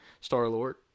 Star-Lord